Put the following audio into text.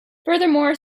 furthermore